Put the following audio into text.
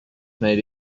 made